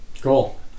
Cool